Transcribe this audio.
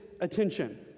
attention